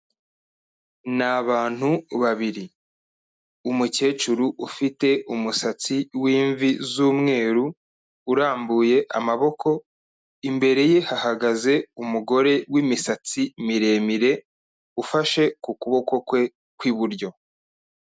Ni abantu babiri, umukecuru ufite umusatsi w'imvi z'umweru urambuye amaboko, imbere ye hahagaze umugore w'imisatsi miremire, ufashe ku kuboko kwe kw'iburyo.